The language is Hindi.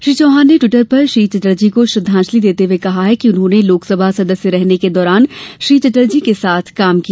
श्री चौहान ने टिवटरे पर श्री चटर्जी को श्रद्धांजलि देते हुए कहा कि उन्होंने लोकसभा सदस्य रहने के दौरान श्री चटर्जी के साथ काम किया